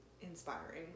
Inspiring